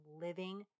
living